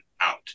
out